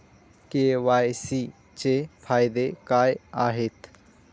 KYC चे फायदे काय आहेत?